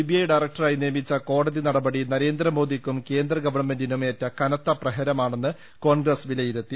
BI ഡയറക്ടറായി നിയ മിച്ച കോടതി നടപടി നരേന്ദ്രമോദിക്കും കേന്ദ്രഗവൺമെന്റിനും ഏറ്റ കനത്ത പ്രഹരമാണെന്ന് കോൺഗ്രസ് വിലയിരുത്തി